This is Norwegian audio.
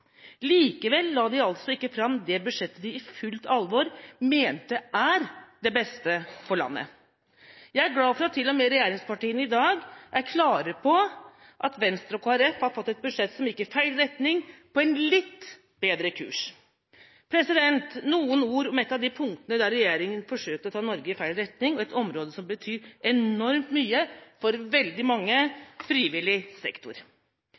Likevel la de altså ikke fram det budsjettet de i fullt alvor mente er det beste for landet. Jeg er glad for at til og med regjeringspartiene i dag er klare på at Venstre og Kristelig Folkeparti har fått et budsjett som gikk i feil retning, på en litt bedre kurs. Jeg vil si noen ord om ett av de punktene der regjeringa forsøkte å ta Norge i feil retning, og et område som betyr enormt mye for veldig mange: frivillig sektor.